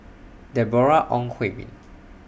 Deborah Ong Hui Min